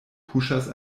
puŝas